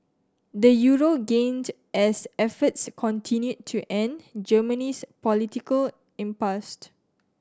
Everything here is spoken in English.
the euro gained as efforts continued to end Germany's political impasse